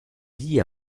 dit